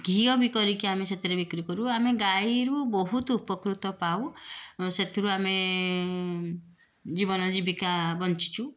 ଘିଅ ବି କରିକି ଆମେ ସେଥିରେ ବିକ୍ରି କରୁ ଆମେ ଗାଈରୁ ବହୁତ ଉପକୃତ ପାଉ ସେଥିରୁ ଆମେ ଜୀବନ ଜୀବିକା ବଞ୍ଚିଛୁ